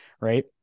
Right